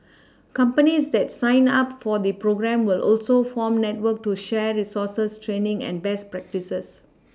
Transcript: companies that sign up for the programme will also form network to share resources training and best practices